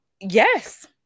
Yes